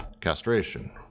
castration